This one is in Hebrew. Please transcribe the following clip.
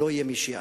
לא יהיה מי שיענה.